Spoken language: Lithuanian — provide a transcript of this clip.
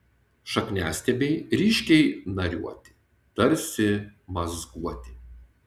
šakniastiebiai ryškiai nariuoti tarsi mazguoti